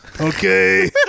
Okay